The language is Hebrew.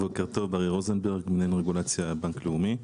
בוקר טוב, ברי רוזנברג, מנהל רגולציה בבנק לאומי.